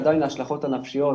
עדיין ההשלכות הנפשיות